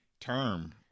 term